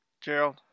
Gerald